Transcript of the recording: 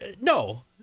No